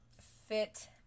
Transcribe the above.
fit